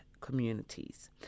communities